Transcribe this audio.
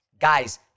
guys